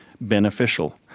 beneficial